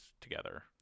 together